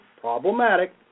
problematic